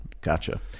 Gotcha